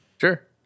Sure